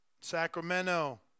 Sacramento